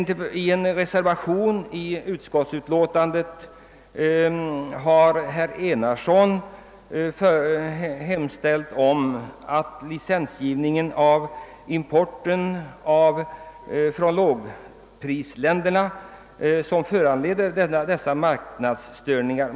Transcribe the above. I en reservation till utlåtandet har herr Enarsson hemställt att restriktioner vidtas i fråga om licensgivningen vid importen från låglöneländer som föranleder dessa marknadsstörningar.